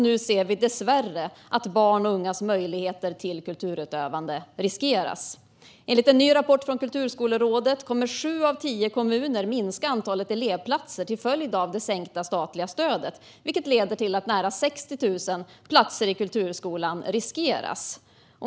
Nu ser vi dessvärre att barns och ungas möjligheter till kulturutövande riskeras. Enligt en ny rapport från Kulturskolerådet kommer sju av tio kommuner att minska antalet elevplatser till följd av det sänkta statliga stödet, vilket leder till att nära 60 000 platser i Kulturskolan riskeras.